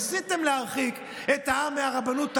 ניסיתם להרחיק את העם מהרבנות,